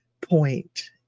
point